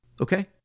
Okay